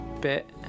bit